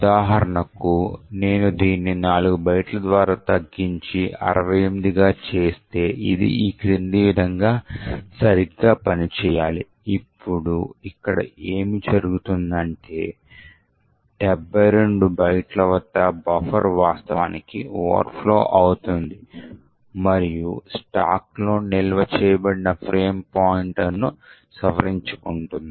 ఉదాహరణకు నేను దీన్ని 4 బైట్ల ద్వారా తగ్గించి 68గా చేస్తే ఇది ఈ క్రింది విధంగా సరిగ్గా పనిచేయాలి ఇప్పుడు ఇక్కడ ఏమి జరుగుతుందంటే 72 బైట్ల వద్ద బఫర్ వాస్తవానికి ఓవర్ ఫ్లో అవుతుంది మరియు స్టాక్లో నిల్వ చేయబడిన ఫ్రేమ్ పాయింటర్ను సవరించుకుంటుంది